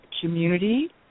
community